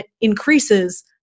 increases